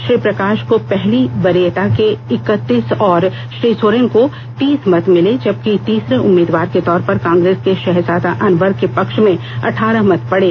श्री प्रकाश को पहली वरीयता के इकतीस और श्री सोरेन को तीस मत मिले जबकि तीसरे उम्मीदवार के तौर पर कांग्रेस के शाहजादा अनवर के पक्ष में अठारह मत पड़े